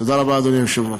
תודה רבה, אדוני היושב-ראש.